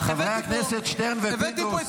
חברי הכנסת שטרן ופינדרוס,